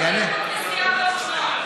נסיעה באופנוע,